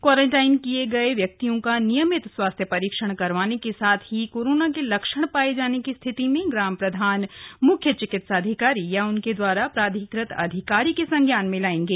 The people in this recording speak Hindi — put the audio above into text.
क्वारंटाइन किये गए व्यक्तियों का नियमित स्वास्थ्य परीक्षण करवाने के साथ ही कोरोना के लक्षण पाये जाने की स्थिति में ग्राम प्रधान मुख्य चिकित्साधिकारी या उनके दवारा प्राधिकृत अधिकारी के संज्ञान में लायेंगे